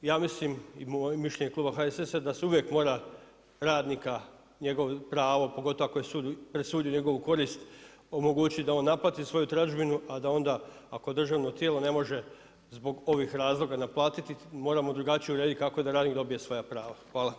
Ja mislim i moje mišljenje i Kluba HSS-a da se uvijek mora radnika njegovo pravo, pogotovo ako je sud presudio u njegovu korist omogući da on naplati svoju dražbinu, a da onda ako državno tijelo ne može, zbog ovih razloga naplatiti, moramo drugačije urediti kako da radnih dobije svoja prava.